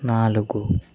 నాలుగు